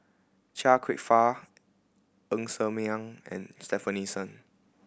Chia Kwek Fah Ng Ser Miang and Stefanie Sun